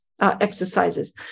exercises